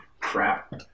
Crap